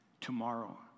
tomorrow